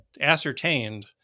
ascertained